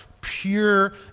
pure